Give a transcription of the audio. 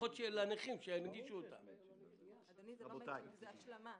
לפחות שינגישו עבור הנכים.